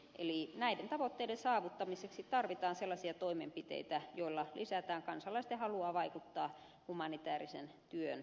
eli näiden tavoitteiden saavuttamiseksi tarvitaan sellaisia toimenpiteitä joilla lisätään kansalaisten halua vaikuttaa humanitäärisen työn etenemiseen